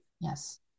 Yes